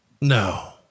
No